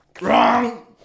Wrong